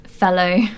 fellow